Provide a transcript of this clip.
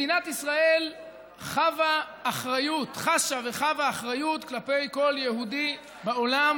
מדינת ישראל חבה וחשה אחריות כלפי כל יהודי בעולם